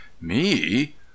Me